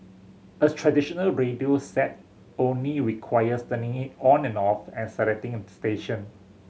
a traditional radio set only requires turning it on and off and selecting a station